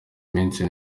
minsi